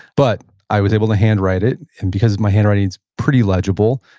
but i was able to hand write it, and because my handwriting is pretty legible,